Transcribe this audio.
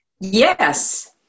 Yes